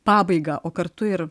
pabaigą o kartu ir